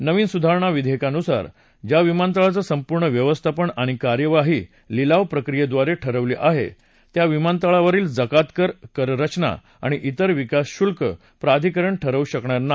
नवीन सुधारणा विधेयकानुसार ज्या विमानतळांचं संपूर्ण व्यवस्थापन आणि कार्यवाही लिलावक्रियेद्वारे ठरवली आहे त्या विमानतळावरील जकात कर कररचना किंवा इतर विकासशुल्क प्राधिकरण ठरवू शकरणार नाही